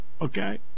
Okay